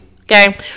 okay